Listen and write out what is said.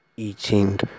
eating